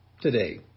today